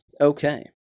Okay